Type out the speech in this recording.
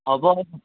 হ'ব অঁ